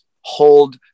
hold